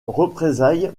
représailles